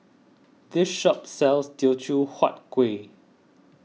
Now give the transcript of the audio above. this shop sells Teochew Huat Kueh